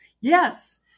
yes